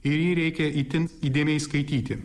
ir jį reikia itin įdėmiai skaityti